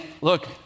Look